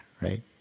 right